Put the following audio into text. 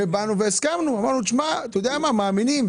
הסכמנו ואמרנו שאנחנו מאמינים.